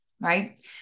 right